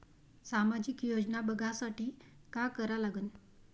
सामाजिक योजना बघासाठी का करा लागन?